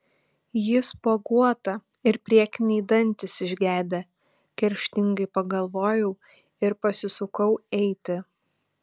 ji spuoguota ir priekiniai dantys išgedę kerštingai pagalvojau ir pasisukau eiti